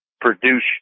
produce